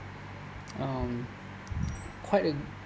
um quite a